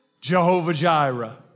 Jehovah-Jireh